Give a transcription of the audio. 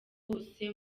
hose